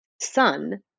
son